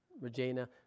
Regina